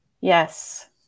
Yes